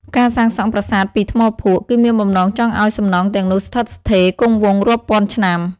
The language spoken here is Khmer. ការសាងសង់ប្រាសាទពីថ្មភក់ គឺមានបំណងចង់ឱ្យសំណង់ទាំងនោះស្ថិតស្ថេរគង់វង្សរាប់ពាន់ឆ្នាំ។